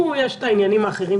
איתו יש עניינים אחרים,